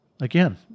Again